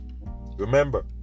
Remember